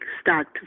start